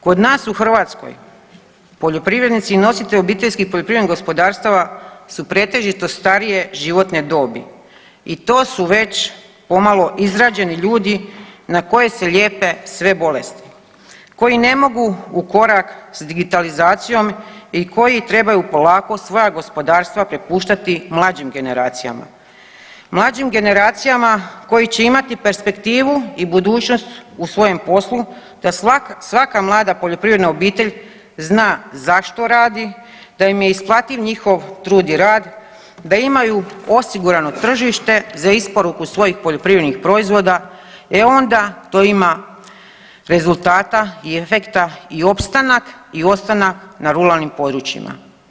Kod nas u Hrvatskoj poljoprivrednici i nositelji OPG-ova su pretežito starije životne dobi i to su već pomalo izrađeni ljudi na koje se lijepe sve bolesti, koji ne mogu u korak s digitalizacijom i koji trebaju polako svoja gospodarstva prepuštati mlađim generacijama, mlađim generacijama koji će imati perspektivu i budućnost u svojem poslu da svaka mlada poljoprivredna obitelj zna zašto radi, da im je isplativ njihov trud i rad, da imaju osigurano tržište za isporuku svojih poljoprivrednih proizvoda, e onda to ima rezultata i efekta i opstanak i ostanak na ruralnim područjima.